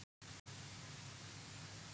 הכרזתו של שר המשפטים על נושא בדיקת הרוגלות.